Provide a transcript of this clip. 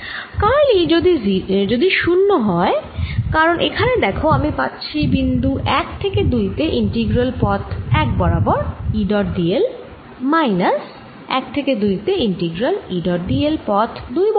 curl E যদি 0 হয় কারণ এখানে দেখ আমি পাচ্ছি বিন্দু 1 থেকে 2 তে ইন্টিগ্রাল পথ 1 বরাবর E dot d l minus 1 থেকে 2 তে integral E dot d l পথ 2 বরাবর